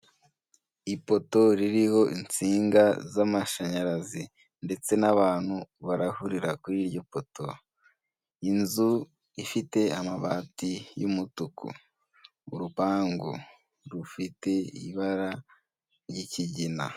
Ipoto ririho insinga z'amashanyarazi ndetse n'abantu barahurira kuri iryo poto, inzu ifite amabati y'umutuku, urupangu rufite ibara ry'ikigina.